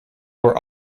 were